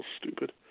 stupid